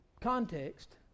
Context